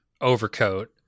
overcoat